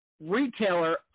retailer